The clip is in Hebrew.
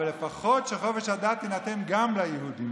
אבל לפחות שחופש הדת יינתן גם ליהודים,